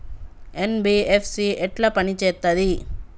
NBFC ఎట్ల పని చేత్తది?